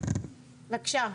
בבקשה.